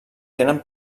tenen